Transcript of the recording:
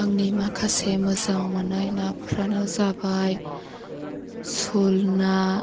आंनि माखासे मोजां मोन्नाय नाफ्रानो जाबाय सुल ना